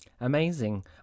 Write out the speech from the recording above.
amazing